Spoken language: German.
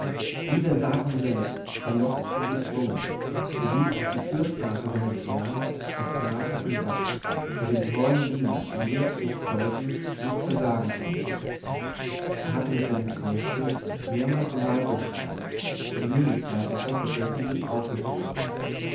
wie der satan selbst verlockt und gezwungen sowie auf die fürsprache seines herrn des grafen von vach der dem treuen diener ein günstiges zeugnis nicht versagen konnte er hatte mit seinem knechte mehrmals den wald durchstreift und nie war ihm etwas verdächtiges aufgestoßen